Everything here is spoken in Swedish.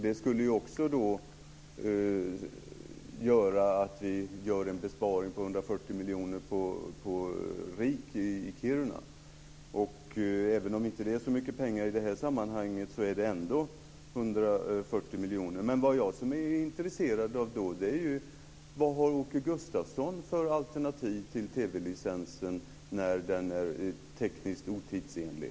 Det skulle också göra att det blir en besparing på 140 miljoner kronor på RIKAB i Kiruna. Även om det inte är så mycket pengar i det här sammanhanget så är det ändå 140 miljoner kronor. Jag är intresserad av vad Åke Gustavsson har för alternativ till TV-licensen nu när den är tekniskt otidsenlig.